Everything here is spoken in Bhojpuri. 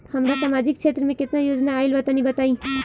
हमरा समाजिक क्षेत्र में केतना योजना आइल बा तनि बताईं?